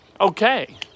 Okay